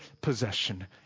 possession